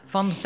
Van